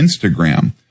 Instagram